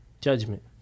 Judgment